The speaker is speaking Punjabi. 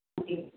ਹਾਂਜੀ